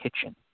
kitchen